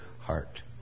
heart